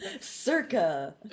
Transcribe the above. Circa